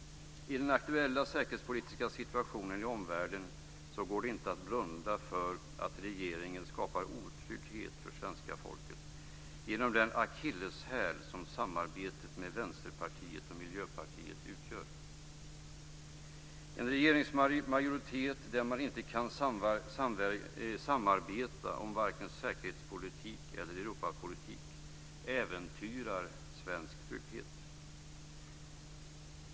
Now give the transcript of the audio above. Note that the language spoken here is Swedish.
I den aktuella säkerhetspolitiska situationen i omvärlden går det inte att blunda för att regeringen skapar otrygghet för svenska folket genom den akilleshäl som samarbetet med Vänsterpartiet och Miljöpartiet utgör. En regeringsmajoritet där man inte kan samarbeta om vare sig säkerhetspolitik eller Europapolitik äventyrar svensk trygghet.